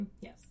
yes